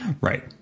right